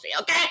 okay